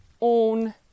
own